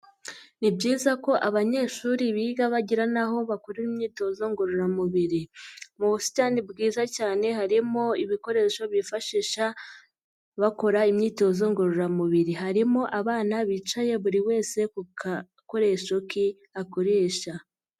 Ni byiza ko abanyeshuri biga bagira n'aho bakora imyitozo ngororamubiri, mu busitani bwiza cyane harimo ibikoresho bifashisha bakora imyitozo ngororamubiri, harimo abana bicaye buri wese ku gakoresho ke akoresha.